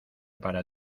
para